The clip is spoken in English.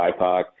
BIPOC